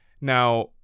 Now